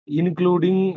including